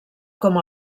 com